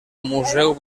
museu